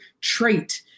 trait